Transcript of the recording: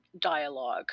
dialogue